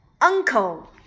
uncle